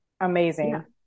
Amazing